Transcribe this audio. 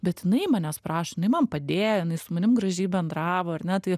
bet jinai manęs prašo jinai man padėjo jinai su manim gražiai bendravo ar ne tai